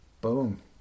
Boom